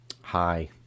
hi